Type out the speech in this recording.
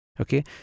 Okay